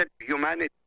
humanity